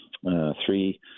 three